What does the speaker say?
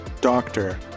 Doctor